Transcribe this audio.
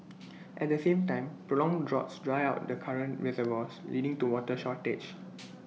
at the same time prolonged droughts dry out the current reservoirs leading to water shortage